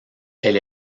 elle